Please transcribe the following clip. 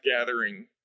gathering